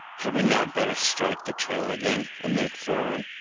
had we not better strike the trail again, and make forward,